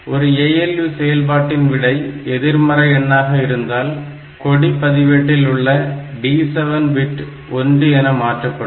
ஒரு ALU செயல்பாட்டின் விடை எதிர்மறை எண்ணாக இருந்தால் கொடி பதிவேட்டில் உள்ள D7 பிட்டு ஒன்று என மாற்றப்படும்